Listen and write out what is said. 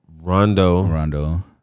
Rondo